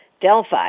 Delphi